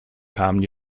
kamen